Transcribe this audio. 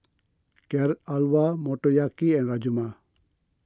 Carrot Halwa Motoyaki and Rajma